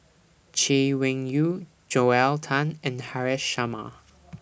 Chay Weng Yew Joel Tan and Haresh Sharma